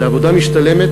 זו עבודה משתלמת,